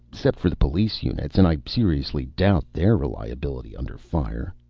except for the police units. and i seriously doubt their reliability under fire.